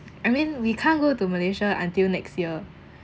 I mean we can't go to malaysia until next year